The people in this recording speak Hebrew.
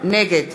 נגד